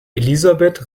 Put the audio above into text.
elisabeth